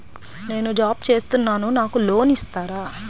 నేను జాబ్ చేస్తున్నాను నాకు లోన్ ఇస్తారా?